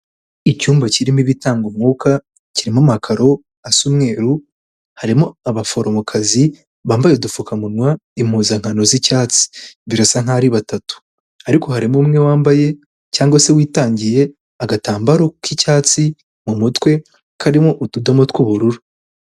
Icyumba kirimo ibitanga umwuka kirimo amakaro asa umweru harimo abaforomokazi bambaye udupfukamunwa, impuzankano z'icyatsi, birasa nk'aho ari batatu, ariko harimo umwe wambaye cyangwa se witangiye agatambaro k'icyatsi mu mutwe karimo utudomo tw'ubururu.